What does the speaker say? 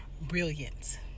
brilliant